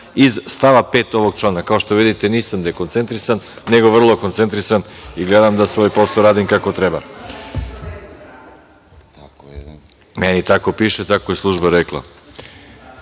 iz stava 5. ovog člana. Kao što vidite, nisam dekoncentrisan, nego vrlo koncentrisan i gledam da svoj posao radim kako treba. Meni tako piše i tako je Služba rekla. Na